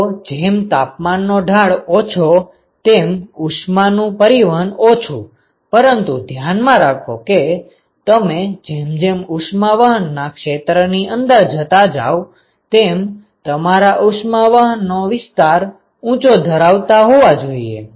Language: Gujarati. તો જેમ તાપમાનનો ઢાળ ઓછો તેમ ઉષ્માનું પરિવહન ઓછું પરંતુ ધ્યાનમાં રાખો કે તમે જેમ જેમ ઉષ્મા વહનના ક્ષેત્રની અંદર જતા જાવ તેમ તમારા ઉષ્મા વહનનો વિસ્તાર ઉંચો ધરાવતા હોવા જોઈએ